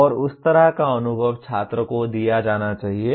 और उस तरह का अनुभव छात्र को दिया जाना चाहिए